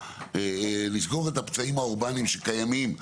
לסגור את הפצעים האורבניים שקיימים,